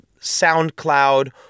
SoundCloud